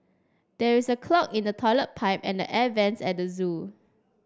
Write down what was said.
there is a clog in the toilet pipe and the air vents at zoo